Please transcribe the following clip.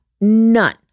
None